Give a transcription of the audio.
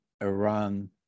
Iran